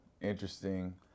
interesting